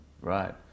Right